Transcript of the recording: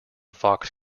fox